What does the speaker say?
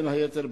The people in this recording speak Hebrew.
בין היתר,